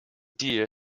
deer